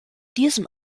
diesem